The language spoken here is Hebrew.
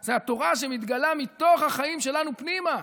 זה התורה שמתגלה מתוך החיים שלנו פנימה.